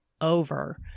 over